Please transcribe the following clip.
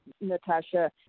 Natasha